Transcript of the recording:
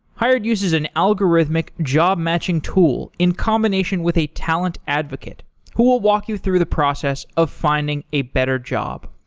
hired uses an algorithmic job-matching tool in combination with a talent advocate who will walk you through the process of finding a better job.